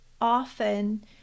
often